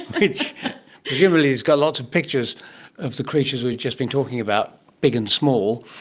which presumably has got lots of pictures of the creatures we've just been talking about, big and small.